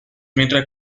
mientras